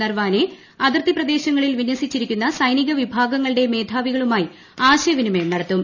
നരവാനെ അതിർത്തി പ്രദേശങ്ങളിൽ വിന്യസിച്ചിരിക്കുന്ന സൈനിക വിഭാഗങ്ങളുടെ മേധാവികളുമായി ആശയവിനിമയം നടത്തും